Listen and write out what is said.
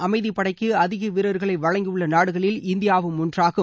அமைதிபடைக்கு அதிக வீரர்களை வழங்கியுள்ள நாடுகளில் இந்தியாவும் ஒன்றாகும்